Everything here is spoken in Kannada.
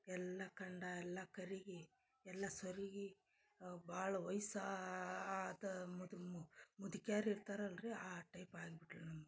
ಎಲ್ಲ ಕಂಡ ಎಲ್ಲ ಕರಗಿ ಎಲ್ಲ ಸೊರಿಗಿ ಭಾಳ ವಯ್ಸಾ ಆತ ಮುದು ಮುದಕ್ಯಾರು ಇರ್ತಾರೆ ಅಲ್ರಿ ಆ ಟೈಪ್ ಆಗಿಬಿಟ್ಲು ನಮ್ಮವ್ವ